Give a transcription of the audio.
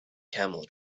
camel